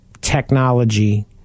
technology